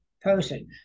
person